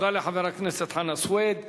תודה לחבר הכנסת חנא סוייד.